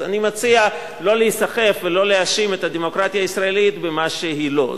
אז אני מציע לא להיסחף ולא להאשים את הדמוקרטיה הישראלית במה שהיא לא.